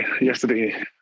Yesterday